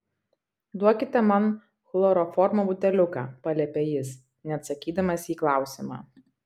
duokite man chloroformo buteliuką paliepė jis neatsakydamas į klausimą